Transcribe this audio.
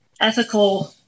ethical